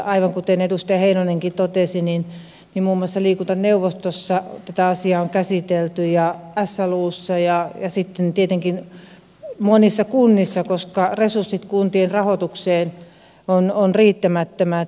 aivan kuten edustaja heinonenkin totesi muun muassa liikuntaneuvostossa tätä asiaa on käsitelty ja slussa ja sitten tietenkin monissa kunnissa koska resurssit kuntien rahoitukseen ovat riittämättömät